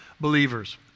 believers